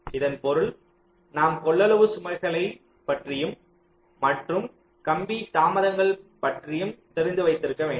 இதன் பொருள் நாம் கொள்ளளவு சுமைகளைப் பற்றியும் மற்றும் கம்பி தாமதங்கள் பற்றியும் தெரிந்து வைத்திருக்க வேண்டும்